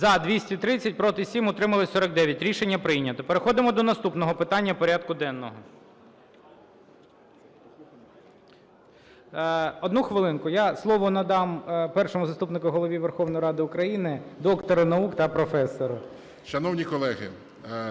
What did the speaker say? За-230 Проти – 7, утримались 49. Рішення прийнято. Переходимо до наступного питання порядку денного. Одну хвилинку. Я слово надам Першому заступнику Голови Верховної Ради України, доктору наук та професору.